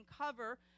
cover